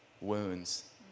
wounds